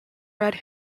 red